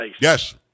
Yes